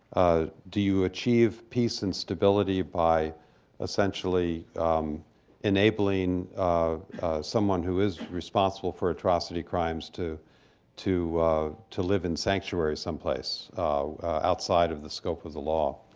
ah do you achieve peace and stability by essentially enabling someone who is responsible for atrocity crimes to to live in sanctuary someplace outside of the scope of the law?